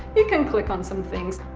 you can click on some things.